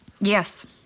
Yes